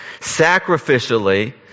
sacrificially